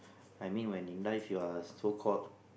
I mean when in life you are so called